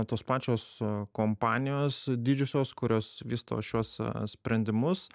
tos pačios kompanijos didžiosios kurios vysto šiuos sprendimus